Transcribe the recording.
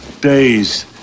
Days